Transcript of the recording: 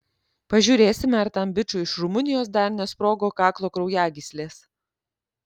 pažiūrėsime ar tam bičui iš rumunijos dar nesprogo kaklo kraujagyslės